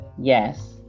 Yes